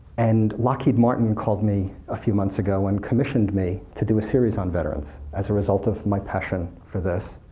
and lockheed martin called me a few months ago and commissioned me to do a series on veterans as a result of my passion for this.